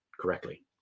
correctly